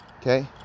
Okay